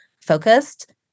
focused